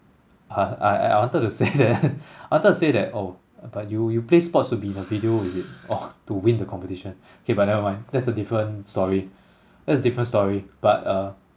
uh I I wanted to say that I wanted to say that oh but you you play sports to be in the video is it or to win the competition K but never mind that's a different story that's a different story but uh